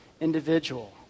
individual